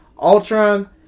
Ultron